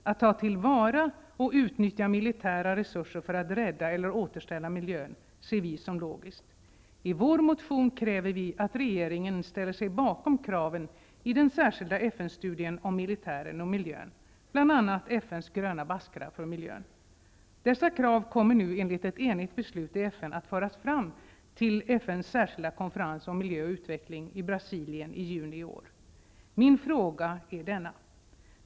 Att ta till vara och utnyttja militära resurser för att rädda eller återställa miljön ser vi som logiskt. I vår motion kräver vi att regeringen ställer sig bakom kraven i den särskilda FN-studien om militären och miljön, t.ex. FN:s gröna baskrar för miljön. Dessa krav kommer nu enligt ett enigt beslut i FN att föras fram till FN:s särskilda konferens om miljö och utveckling i Brasilien i juni i år.